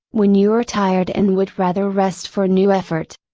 when you are tired and would rather rest for new effort.